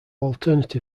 alternate